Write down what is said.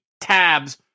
tabs